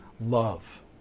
love